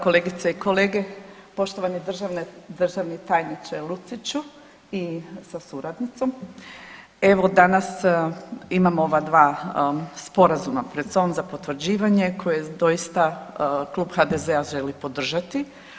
Kolegice i kolege, poštovani tajniče Luciću sa suradnicom, evo danas imamo ova dva sporazuma pred sobom za potvrđivanje koje doista Klub HDZ-a želi podržati.